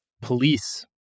police